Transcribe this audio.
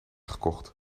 gekocht